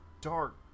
dark